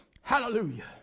Hallelujah